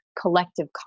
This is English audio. collective